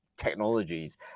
technologies